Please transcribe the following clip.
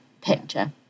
picture